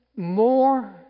more